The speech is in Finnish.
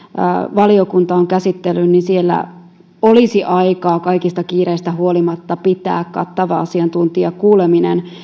valiokuntaan käsittelyyn siellä olisi aikaa kaikista kiireistä huolimatta pitää kattava asiantuntijakuuleminen